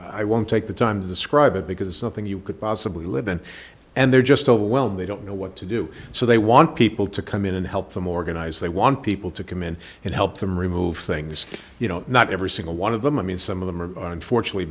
i won't take the time to describe it because it's something you could possibly live in and they're just overwhelmed they don't know what to do so they want people to come in and help them organize they want people to come in and help them remove things you know not every single one of them i mean some of them are unfortunately